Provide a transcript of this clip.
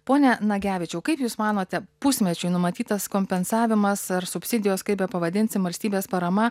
pone nagevičiau kaip jūs manote pusmečiui numatytas kompensavimas ar subsidijos kaip bepavadinsim valstybės parama